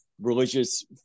religious